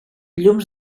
llums